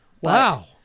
Wow